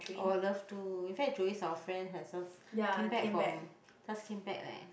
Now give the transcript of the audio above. I would love to in fact Joey is our friend has some came back from just came back leh